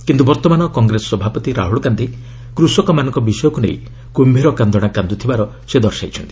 କିନ୍ତୁ ବର୍ତ୍ତମାନ କଂଗ୍ରେସ ସଭାପତି ରାହୁଳ ଗାନ୍ଧୀ କୃଷକମାନଙ୍କ ବିଷୟକୁ ନେଇ କ୍ୟୁୀର କାନ୍ଦଶା କାନ୍ଦୁଥିବାର ସେ ଦର୍ଶାଇଛନ୍ତି